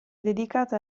dedicata